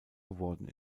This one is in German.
geworden